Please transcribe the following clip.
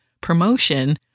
promotion